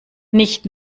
nicht